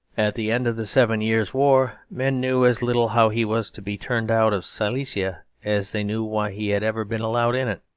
at the end of the seven years' war men knew as little how he was to be turned out of silesia as they knew why he had ever been allowed in it.